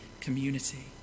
community